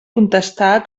contestà